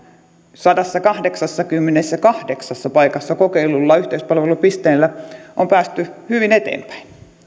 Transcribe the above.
sadassakahdeksassakymmenessäkahdeksassa paikassa kokeilluilla yhteispalvelupisteillä on päästy hyvin eteenpäin